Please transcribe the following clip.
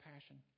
passion